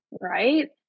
right